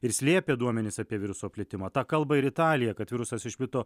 ir slėpė duomenis apie viruso plitimo tą kalba ir italija kad virusas išplito